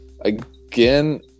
again